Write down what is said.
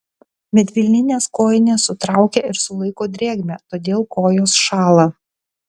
medvilninės kojinės sutraukia ir sulaiko drėgmę todėl kojos šąla